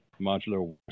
Modular